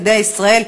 ילדי ישראל,